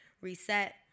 Reset